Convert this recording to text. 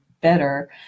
better